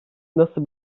nasıl